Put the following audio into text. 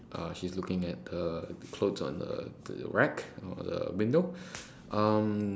uh she's looking at the clothes on uh the rack or the window um